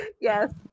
Yes